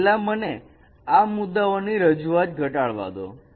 તો પેલા મને આ મુદ્દાઓ ની રજૂઆત ઘટાડવા દો